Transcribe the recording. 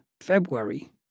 February